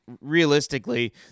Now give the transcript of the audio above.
Realistically